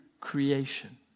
creation